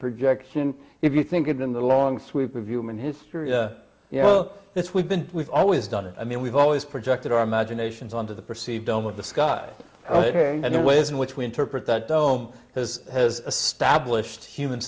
projection if you think in the long sweep of human history you know it's we've been we've always done it i mean we've always projected our imaginations on to the perceived dome of the sky ok and the ways in which we interpret that dome has has a stablished human